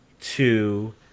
two